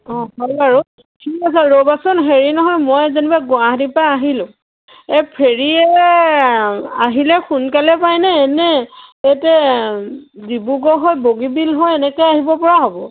অঁ হয় বাৰু ঠিক আছে ৰ'বাচোন হেৰি নহয় মই যেনিবা গুৱাহাটীৰ পৰা আহিলোঁ এই ফেৰীৰে আহিলে সোনকালে পায়নে নে এতিয়া ডিব্ৰুগড় হৈ বগীবিল হৈ এনেকৈ আহিব পৰা হ'ব